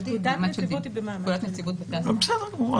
בסדר גמור.